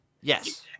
Yes